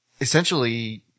essentially